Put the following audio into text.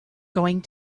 going